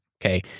Okay